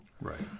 Right